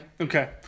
Okay